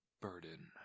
burden